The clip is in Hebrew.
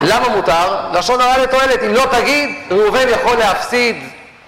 למה מותר? לשון הרע לתועלת, אם לא תגיד, ראובן יכול להפסיד.